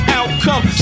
outcome